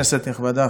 כנסת נכבדה,